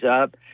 up